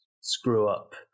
screw-up